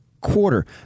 quarter